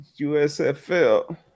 usfl